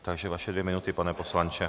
Takže vaše dvě minuty, pane poslanče.